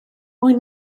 mwy